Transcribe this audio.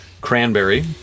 cranberry